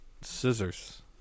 scissors